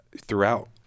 throughout